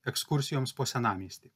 ekskursijoms po senamiestį